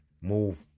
Move